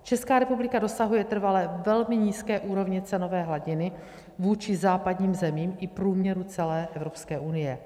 Česká republika dosahuje trvale velmi nízké úrovně cenové hladiny vůči západním zemím i průměru celé Evropské unie.